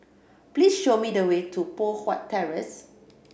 please show me the way to Poh Huat Terrace